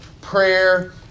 prayer